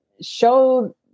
show